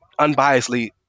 unbiasedly